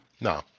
No